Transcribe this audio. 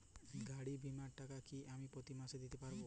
গাড়ী বীমার টাকা কি আমি প্রতি মাসে দিতে পারি?